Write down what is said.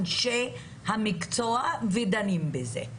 אנשי המקצוע ודנים בזה.